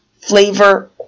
flavor